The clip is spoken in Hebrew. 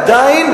עדיין,